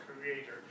creator